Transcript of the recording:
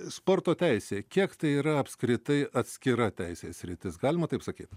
sporto teisė kiek tai yra apskritai atskira teisės sritis galima taip sakyt